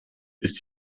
ist